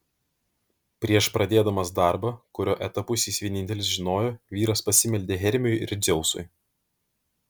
prieš pradėdamas darbą kurio etapus jis vienintelis žinojo vyras pasimeldė hermiui ir dzeusui